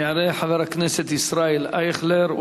יעלה חבר הכנסת ישראל אייכלר.